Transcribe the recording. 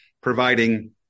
providing